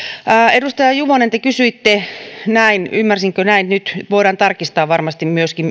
edustaja juvonen te kysyitte näin ymmärsinkö oikein voidaan tarkistaa varmasti myöskin